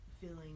feeling